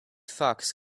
fox